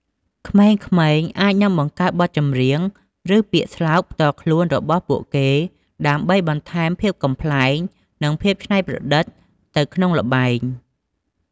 ក្មេងៗអាចនឹងបង្កើតបទចម្រៀង ឬពាក្យស្លោកផ្ទាល់ខ្លួនរបស់ពួកគេ ដើម្បីបន្ថែមភាពកំប្លែង និងភាពច្នៃប្រឌិតទៅក្នុងល្បែង។